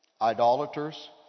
idolaters